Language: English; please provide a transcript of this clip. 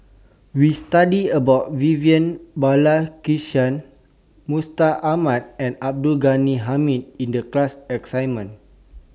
We studied about Vivian Balakrishnan Mustaq Ahmad and Abdul Ghani Hamid in The class assignment